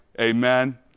amen